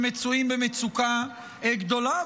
שמצויים במצוקה גדולה,